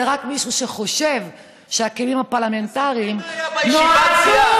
זה רק מישהו שחושב שהכלים הפרלמנטריים נועדו